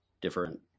different –